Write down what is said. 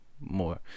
more